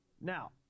Now